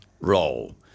role